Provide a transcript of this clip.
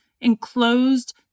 enclosed